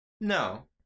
No